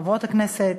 חברות הכנסת,